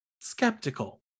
skeptical